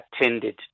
attended